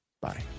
Bye